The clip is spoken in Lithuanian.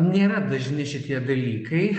nėra dažni šitie dalykai